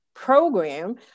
program